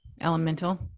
elemental